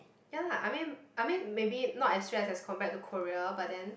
ya I mean I mean maybe not as stress as compared to Korea but then